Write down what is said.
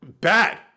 bad